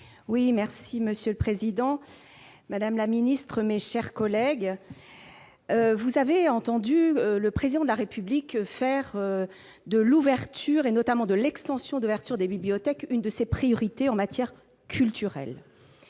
Oui, merci Monsieur le Président, Madame la Ministre, mes chers collègues, vous avez entendu le président de la République, faire de l'ouverture, et notamment de l'extension de Arthur des bibliothèques, une de ses priorités en matière culturelle,